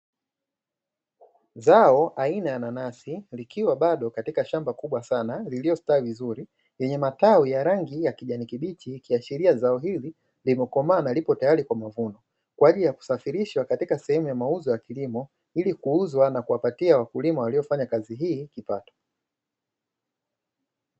Zao aina ya nanasi likiwa bado katika shamba kubwa sana liliyostaa vizuri lenye matawi ya rangi ya kijani kibichi, ikiashiria zao hivi limekomaa na lipo tayari kwa mavuno kwa ajili ya kusafirisha katika sehemu ya mauzo ya kilimo ili kuuzwa na kuwapatia wakulima waliofanya kazi hii kipato.